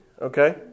Okay